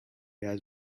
has